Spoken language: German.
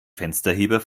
fensterheber